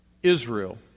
Israel